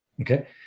Okay